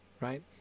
right